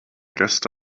gäste